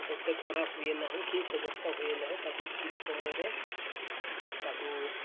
ଏତେ ଖରା ହୁଏ ନାହିଁ କି ଏତେ ବର୍ଷା ହୁଏ ନାହିଁ ତାକୁ ଠିକ୍ ସମୟରେ ତାକୁ